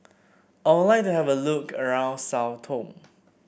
I would like to have a look around Sao Tome